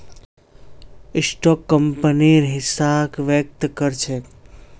stock कंपनीर हिस्साक व्यक्त कर छेक